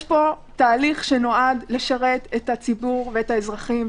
יש פה תהליך שנועד לשרת את הציבור ואת האזרחים,